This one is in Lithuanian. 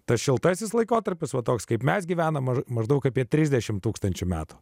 tas šiltasis laikotarpis buvo toks kaip mes gyvename ar maždaug apie trisdešimt tūkstančių metų